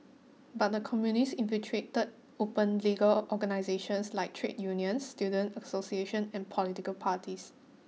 but the Communists infiltrated open legal organisations like Trade Unions student association and political parties